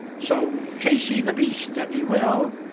so chase ye the beast, an ye will,